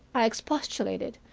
i expostulated,